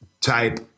type